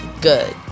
good